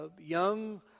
young